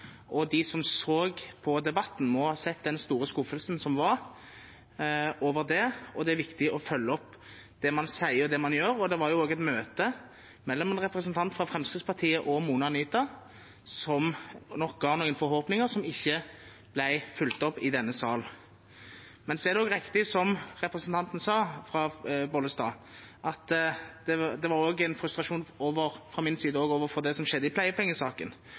og fattet, og de som så på debatten, må ha sett den store skuffelsen som var over det. Det er viktig å følge opp det man sier, og det man gjør, og det var også et møte mellom en representant fra Fremskrittspartiet og Mona Anita som nok ga noen forhåpninger som ikke ble fulgt opp i denne sal. Så er det riktig som representanten Bollestad sa, at det var også en frustrasjon fra min side overfor det som skjedde i pleiepengesaken.